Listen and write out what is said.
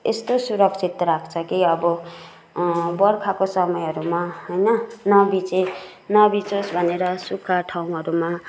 यस्तो सुरक्षित राख्छ कि अब बर्खाको समयहरूमा होइन नभिजे नभिजोस् भनेर सुक्खा ठाउँहरूमा